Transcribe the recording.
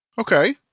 Okay